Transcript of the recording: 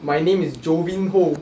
my name is jovin ho